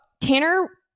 Tanner